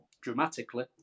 dramatically